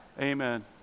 Amen